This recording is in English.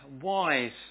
wise